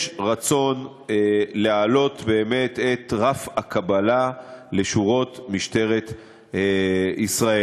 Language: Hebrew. שיש רצון להעלות באמת את רף הקבלה לשורות משטרת ישראל.